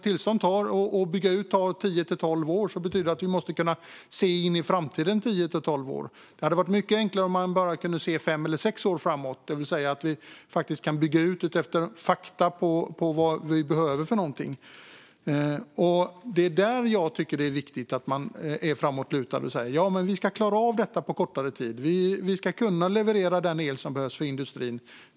Om tillstånd för en utbyggnad tar tio till tolv år betyder det att vi måste kunna se tio till tolv år in i framtiden. Det hade varit mycket enklare om det räckte att se fem eller sex år framåt i tiden och kunna bygga ut utifrån vad vi faktiskt behöver. Det är i detta avseende som jag tycker att det är viktigt att vara framåtlutad och säga: Vi ska klara av detta på kortare tid. Vi ska kunna leverera den el som behövs för industrin.